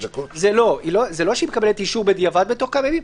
זה לא שהיא מקבלת אישור בדיעבד בתוך כמה ימים,